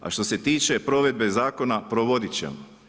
A što se tiče provedbe zakona, provoditi ćemo.